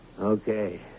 Okay